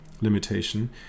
limitation